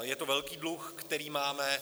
Je to velký dluh, který máme.